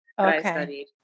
Okay